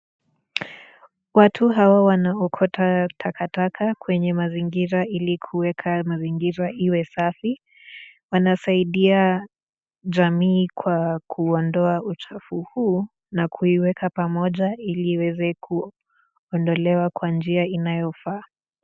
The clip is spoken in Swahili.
Watu hawa wanaokota takataka kwenye mazingira ili kuweka mazingira iwe safi, wanasaidia jamii kwa kuondoa uchafu huu na kuiweka pamoja ili iweze kuondolewa kwa njia inayofaa.